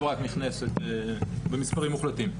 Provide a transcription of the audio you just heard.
נכנסת במספרים מוחלטים.